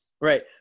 right